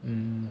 mm